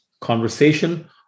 conversation